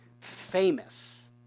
famous